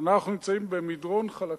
אנחנו נמצאים במדרון חלקלק,